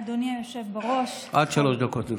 עד שלוש דקות לרשותך.